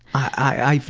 i